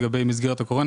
לגבי מסגרת הקורונה.